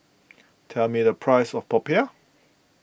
tell me the price of Popiah